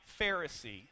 Pharisee